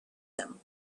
them